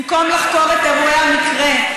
במקום לחקור את אירועי המקרה,